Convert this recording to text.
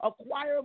acquire